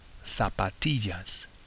zapatillas